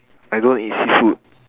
I don't eat seafood